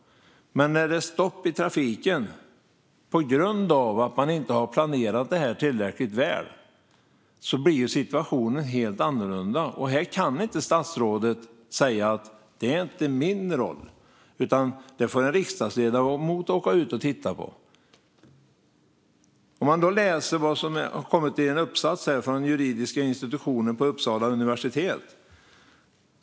Men när det är stopp i trafiken på grund av att man inte har planerat tillräckligt väl blir situationen helt annorlunda. Statsrådet kan då inte säga att det här inte är hans roll utan att en riksdagsledamot får åka ut och titta på det. Jag läser ur en uppsats från juridiska institutionen vid Uppsala universitet.